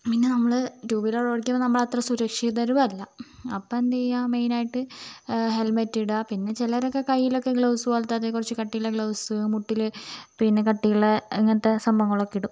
പിന്നെ നമ്മൾ two wheeler ഓടിക്കുമ്പോൾ നമ്മൾ അത്ര സുരക്ഷിതരുമല്ല അപ്പോൾ എന്ത് ചെയുക മെയിൻ ആയിട്ട് ഹെൽമെറ്റ് ഇടുക പിന്നെ ചിലവരൊക്കെ കയ്യിലൊക്കെ ഗ്ലൗസ് പോലെത്തെ അതിൽ കുറച്ച് കട്ടിയുള്ള ഗ്ലൗസ് മുട്ടിൽ പിന്നെ കട്ടിയുള്ള ഇങ്ങനത്തെ സംഭവങ്ങളൊക്കെ ഇടും